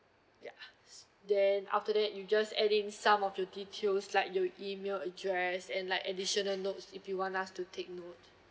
ya then after that you just adding some of your details like you email address and like additional notes if you want us to take note